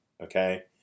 okay